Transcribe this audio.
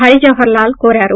హరి జవహార్ లాల్ కోరారు